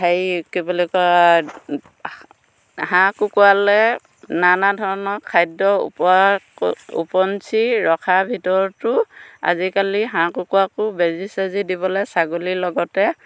হেৰি কি বুলি কয় হাঁহ কুকুৰালে নানাধৰণৰ খাদ্যৰ ওপৰ ক ওপৰঞ্চি ৰখাৰ ভিতৰতো আজিকালি হাঁহ কুকুৰাকো বেজী চেজী দিবলে ছাগলীৰ লগতে